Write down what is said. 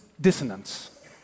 dissonance